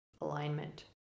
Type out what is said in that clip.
alignment